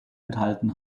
enthalten